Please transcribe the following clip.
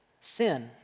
Sin